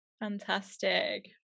fantastic